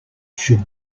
should